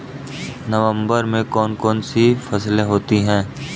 नवंबर में कौन कौन सी फसलें होती हैं?